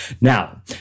Now